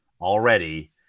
already